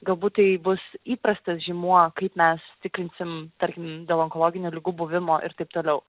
galbūt tai bus įprastas žymuo kaip mes tikrinsim tarkim dėl onkologinių ligų buvimo ir taip toliau